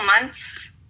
months